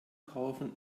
kaufen